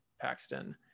paxton